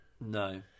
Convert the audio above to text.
No